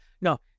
no